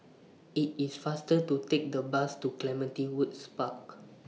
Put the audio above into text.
IT IS faster to Take The Bus to Clementi Woods Park